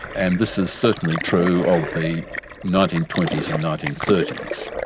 and this is certainly true of the nineteen twenty s and nineteen thirty s.